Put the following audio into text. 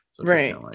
Right